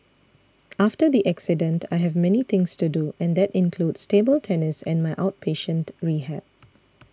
after the accident I have many things to do and that includes table tennis and my outpatient rehab